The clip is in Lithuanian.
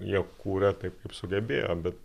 jie kūrė taip kaip sugebėjo bet